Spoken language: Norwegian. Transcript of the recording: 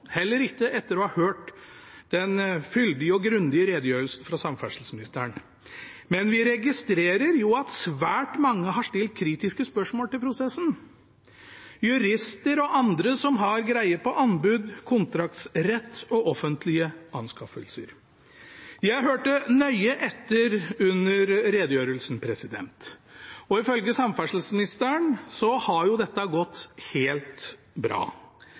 heller ikke etter å ha hørt den fyldige og grundige redegjørelsen fra samferdselsministeren. Men vi registrerer jo at svært mange har stilt kritiske spørsmål til prosessen – jurister og andre som har greie på anbud, kontraktsrett og offentlige anskaffelser. Jeg hørte nøye etter under redegjørelsen, og ifølge samferdselsministeren har dette gått helt bra.